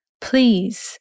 Please